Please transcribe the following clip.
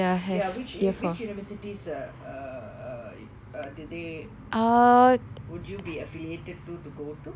ya which which universities uh uh did they would you be affiliated to to go